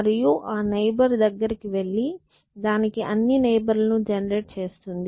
మరియు ఆ నైబర్ దగ్గరికి వెళ్లి దానికి అన్ని నైబర్ ల ను జెనెరేట్ చేస్తుంది